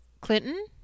Clinton